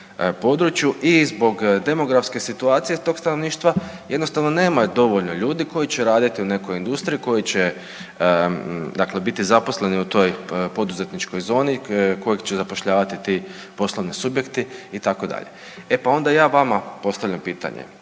i zbog demografske situacije tog stanovništva jednostavno nema dovoljno ljudi koji će raditi u nekoj industriji, koji će biti zaposleni u toj poduzetničkoj zoni koje će zapošljavati ti poslovni subjekti itd. E pa onda ja vama postavljam pitanje,